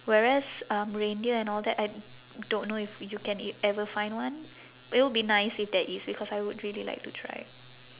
whereas um reindeer and all that I don't know if you can e~ ever find one it will be nice if there is because I would really like to try